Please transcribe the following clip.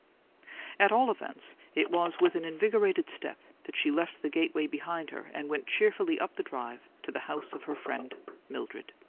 at all events, it was with an invigorated step that she left the gateway behind her and went cheerfully up the drive to the house of her friend mildred.